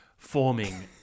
Forming